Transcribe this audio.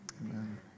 Amen